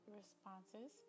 responses